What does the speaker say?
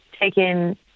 taken